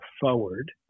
forward